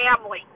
family